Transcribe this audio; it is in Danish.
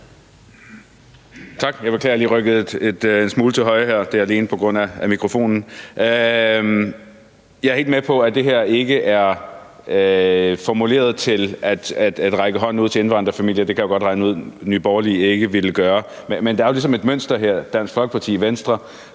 Jeg er helt med på, at det her ikke er formuleret til at række hånden ud til indvandrerfamilier. Det kan jeg godt regne ud Nye Borgerlige ikke ville gøre. Men der er jo ligesom et mønster her. Dansk Folkeparti, Venstre,